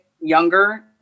younger